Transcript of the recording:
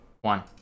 one